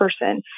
person